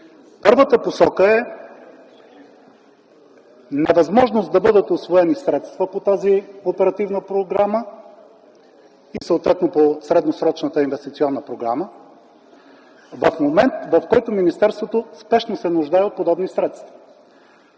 Първата посока е невъзможност да бъдат усвоени средства по тази оперативна програма и съответно по средносрочната инвестиционна програма в момент, в който министерството спешно се нуждае от подобни средства.